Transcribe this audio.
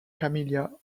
camilla